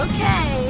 Okay